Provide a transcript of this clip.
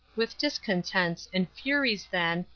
with discontents and furies then,